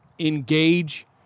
engage